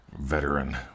veteran